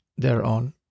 thereon